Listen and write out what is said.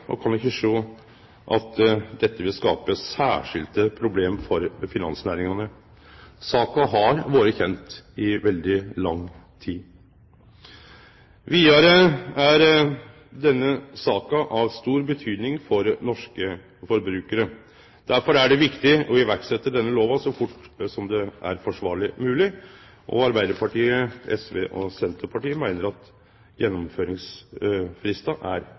og kan ikkje sjå at dette vil skape særskilde problem for finansnæringane. Saka har vore kjent i veldig lang tid. Vidare er denne saka av stor betydning for norske forbrukarar. Derfor er det viktig å setje i verk denne lova så fort som det er forsvarleg mogleg. Og Arbeidarpartiet, SV og Senterpartiet meiner at gjennomføringsfristen er